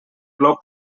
plou